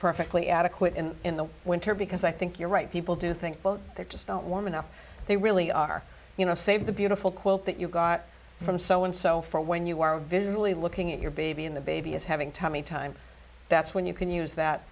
perfectly adequate in the winter because i think you're right people do think well they just don't warm enough they really are you know save the beautiful quilt that you got from so and so when you are visibly looking at your baby in the baby is having tummy time that's when you can use that